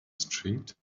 street